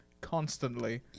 constantly